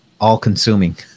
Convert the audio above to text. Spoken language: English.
all-consuming